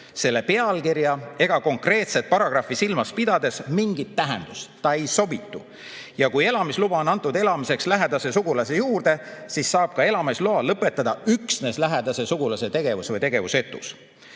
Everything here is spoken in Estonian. selle pealkirja ega konkreetset paragrahvi silmas pidades mingit tähendust, ta ei sobitu. Ja kui elamisluba on antud elamiseks lähedase sugulase juurde, siis saab ka elamisloa lõpetada üksnes lähedase sugulase tegevus või tegevusetus.